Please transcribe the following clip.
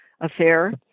affair